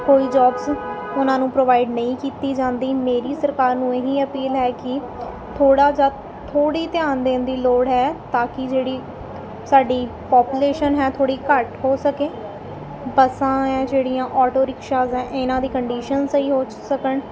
ਕੋਈ ਜੋਬਸ ਉਹਨਾਂ ਨੂੰ ਪ੍ਰੋਵਾਈਡ ਨਹੀਂ ਕੀਤੀ ਜਾਂਦੀ ਮੇਰੀ ਸਰਕਾਰ ਨੂੰ ਇਹੀ ਅਪੀਲ ਹੈ ਕਿ ਥੋੜ੍ਹਾ ਜਾਂ ਥੋੜ੍ਹੀ ਧਿਆਨ ਦੇਣ ਦੀ ਲੋੜ ਹੈ ਤਾਂ ਕਿ ਜਿਹੜੀ ਸਾਡੀ ਪੋਪੂਲੇਸ਼ਨ ਹੈ ਥੋੜ੍ਹੀ ਘੱਟ ਹੋ ਸਕੇ ਬੱਸਾਂ ਹੈ ਜਿਹੜੀਆਂ ਓਟੋ ਰਿਕਸ਼ਾਜ ਹੈ ਇਹਨਾਂ ਦੀ ਕੰਡੀਸ਼ਨ ਸਹੀ ਹੋ ਸਕਣ